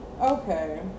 Okay